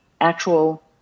actual